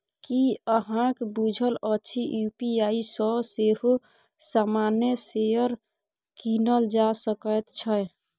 की अहाँक बुझल अछि यू.पी.आई सँ सेहो सामान्य शेयर कीनल जा सकैत छै?